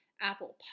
Apple